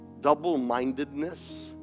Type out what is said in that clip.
double-mindedness